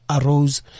arose